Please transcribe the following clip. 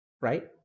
right